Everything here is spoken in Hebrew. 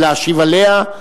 ולהשיב עליה.